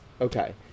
Okay